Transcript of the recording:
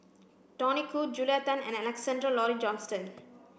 Tony Khoo Julia Tan and Alexander Laurie Johnston